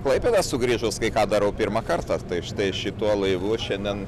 klaipėdą sugrįžus kai ką darau pirmą kartą tai štai šituo laivu šiandien